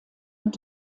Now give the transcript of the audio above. und